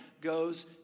goes